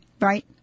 right